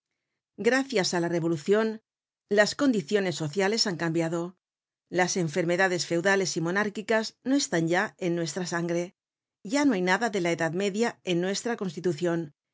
gracias á la revolucion las condiciones sociales han cambiado las enfermedades feudales y monárquicas no están ya en nuestra sangre ya no hay nada de la edad media en nuestra constitucion